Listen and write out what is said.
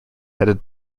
headed